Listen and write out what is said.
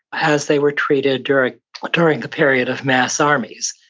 as they were treated during during the period of mass armies.